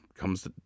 comes